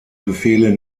befehle